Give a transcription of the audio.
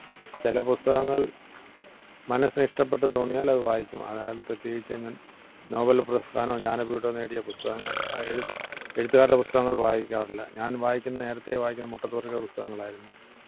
ചില പുസ്തകങ്ങള് മനസ്സിന് ഇഷ്ടപ്പെട്ട് തോന്നിയാല് അതു വായിക്കും അതാണ് പ്രത്യേകിച്ചങ്ങനെ നോവല് പ്രസ്ഥാനവും ജ്ഞാനപീഠവും നേടിയ പുസ്തകങ്ങള് എഴുത്തുകാരുടെ പുസ്തകങ്ങള് വായിക്കാറില്ല ഞാന് വായിക്കുന്ന നേരത്ത് വായിക്കുന്ന മുട്ടത്തു വർക്കിയുടെ പുസ്തകങ്ങളായിരുന്നു